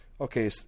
Okay